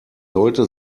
sollte